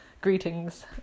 greetings